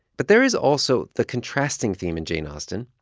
but there is also the contrasting theme in jane austen.